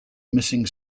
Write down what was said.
missing